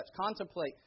contemplate